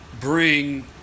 bring